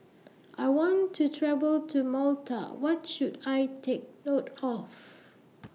I want to travel to Malta What should I Take note of